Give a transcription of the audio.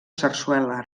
sarsuela